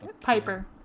Piper